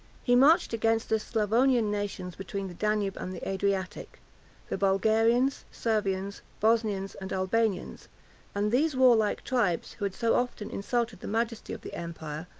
he marched against the sclavonian nations between the danube and the adriatic the bulgarians, servians, bosnians, and albanians and these warlike tribes, who had so often insulted the majesty of the empire,